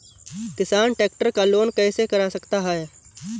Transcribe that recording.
किसान ट्रैक्टर का लोन कैसे करा सकता है?